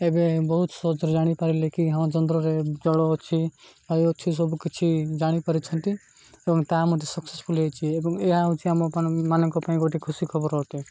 ଏବେ ବହୁତ ସହଜରେ ଜାଣିପାରିଲେ କି ହଁ ଚନ୍ଦ୍ରରେ ଜଳ ଅଛି ବାୟୁ ଅଛି ସବୁ କିଛି ଜାଣିପାରିଛନ୍ତି ଏବଂ ତା ମଧ୍ୟ ସକ୍ସେସଫୁଲ୍ ହେଇଛି ଏବଂ ଏହା ହେଉଛି ଆମ ମାନଙ୍କ ପାଇଁ ଗୋଟେ ଖୁସି ଖବର ଅଟେ